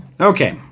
okay